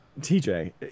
TJ